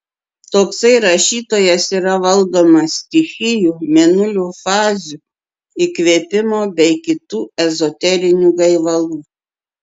toksai rašytojas yra valdomas stichijų mėnulio fazių įkvėpimo bei kitų ezoterinių gaivalų